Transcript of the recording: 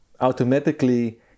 automatically